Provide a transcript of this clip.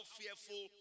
fearful